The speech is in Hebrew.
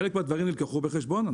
חלק מהדברים נלקחו בחשבון.